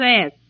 says